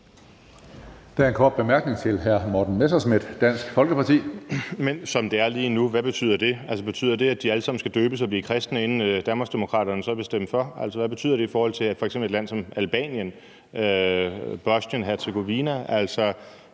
Der er en kort bemærkning til hr. Morten Messerschmidt, Dansk Folkeparti. Kl. 16:37 Morten Messerschmidt (DF): »Som det er lige nu« – hvad betyder det? Altså, betyder det, at de alle sammen skal døbes og blive kristne, inden Danmarksdemokraterne så vil stemme for? Altså, hvad betyder det i forhold til f.eks. lande som Albanien og Bosnien-Hercegovina? Kan